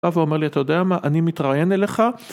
ואומר לי אתה יודע מה אני מתראיין אליך